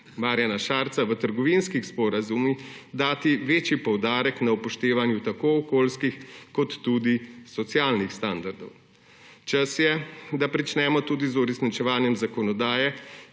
Marjana Šarca v trgovinskih sporazumih dati večji poudarek na upoštevanje tako okoljskih kot tudi socialnih standardov. Čas je, da pričnemo tudi z uresničevanjem zakonodaje,